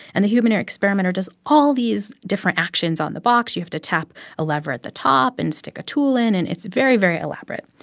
and the human experimenter does all these different actions on the box you have to tap a lever at the top and stick a tool in, and it's very, very elaborate.